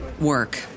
work